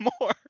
more